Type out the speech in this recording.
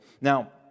Now